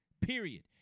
period